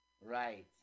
Right